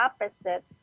opposite